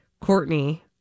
Courtney